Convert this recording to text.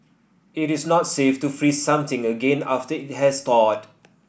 it is not safe to freeze something again after it has thawed